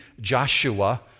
Joshua